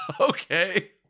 Okay